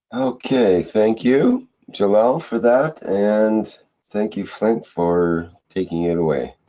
okay, thank you jalal for that and thank you flint for. taking it away.